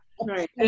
Right